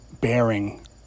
bearing